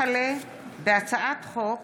הצעת חוק